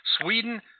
Sweden